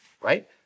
right